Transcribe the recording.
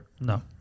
No